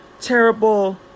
terrible